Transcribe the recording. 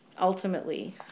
ultimately